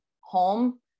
home